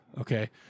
Okay